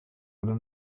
oder